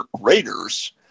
Raiders